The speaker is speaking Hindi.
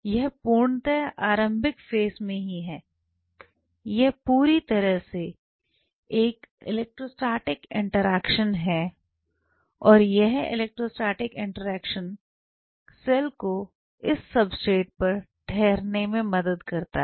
यह पूर्णतया आरंभिक फेस में ही है यह पूरी तरह से एक इलेक्ट्रोस्टेटिक इंटरेक्शन है और यह इलेक्ट्रोस्टेटिक इंटरेक्शन सेल को इस सबस्ट्रेट पर ठहरने में मदद करता है